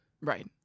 Right